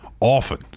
often